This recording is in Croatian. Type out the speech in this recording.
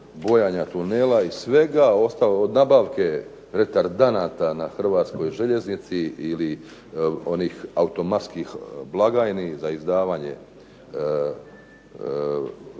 bojanja tunela i svega ostalog, od nabavke retardanata na "Hrvatskoj željeznici" ili onih automatskih blagajni za izdavanje